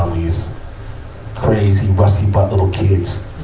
these crazy, rusty-butt little kids,